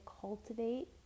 cultivate